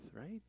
right